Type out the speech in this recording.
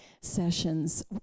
sessions